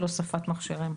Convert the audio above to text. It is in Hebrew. של הוספת מכשירים.